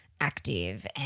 active